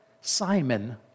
Simon